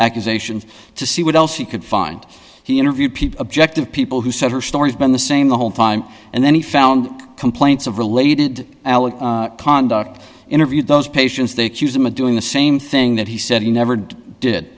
accusations to see what else she could find he interviewed people objective people who said her story's been the same the whole fine and then he found complaints of related conduct interviewed those patients they accuse him of doing the same thing that he said he never did